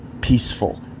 peaceful